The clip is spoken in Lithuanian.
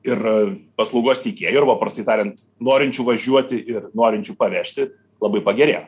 ir paslaugos teikėjų ar paprastai tariant norinčių važiuoti ir norinčių pavežti labai pagerėjo